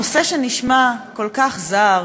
נושא שנשמע כל כך זר,